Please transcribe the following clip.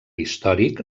històric